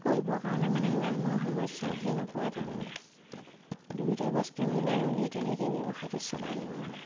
কৰিবৰ কাৰণে মানে ইমান মোৰ সমস্যা আহি নপৰে তাৰমানে দুয়োটা বস্তু মিলাই মেলি তেনেকেই ব্যৱসায়টো চলাই নিওঁ মানে